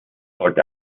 sollte